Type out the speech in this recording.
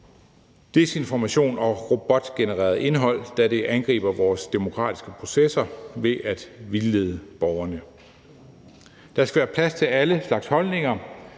desinformation og robotgenereret indhold, da det angriber vores demokratiske processer ved at vildlede borgerne. Der skal være plads til alle slags holdninger,